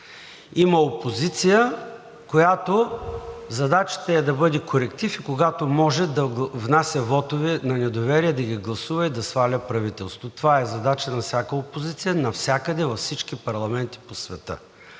Има опозиция, на която задачата ѝ е да бъде коректив и когато може, да внася вотове на недоверие, да ги гласува и сваля правителство. Това е задача на всяка опозиция навсякъде във всички парламенти по света.